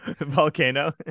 Volcano